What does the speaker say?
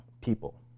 people